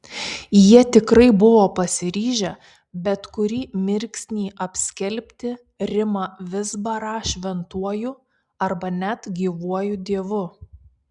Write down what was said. jie tikrai buvo pasiryžę bet kurį mirksnį apskelbti rimą vizbarą šventuoju arba net gyvuoju dievu